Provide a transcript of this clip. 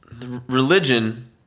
religion